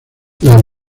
las